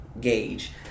gauge